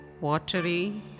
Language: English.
watery